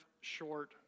Short